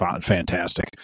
fantastic